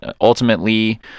ultimately